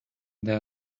their